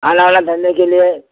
आला वाला धरने के लिए